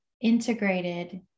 integrated